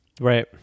Right